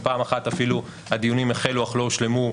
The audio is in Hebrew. פעם אחת אפילו הדיונים החלו אך לא הושלמו,